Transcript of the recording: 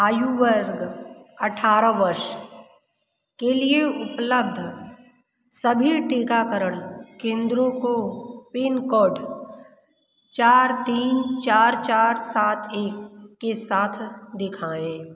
आयु वर्ग अठारह वर्ष के लिए उपलब्ध सभी टीकाकरण केंद्रों को पिन कौड चार तीन चार चार सात एक के साथ दिखाएँ